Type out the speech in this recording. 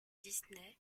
disney